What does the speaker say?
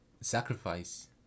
sacrifice